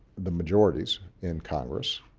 the majorities in congress,